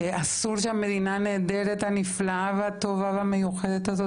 אסור שהמדינה הנהדרת והנפלאה והטובה והמיוחדת הזאת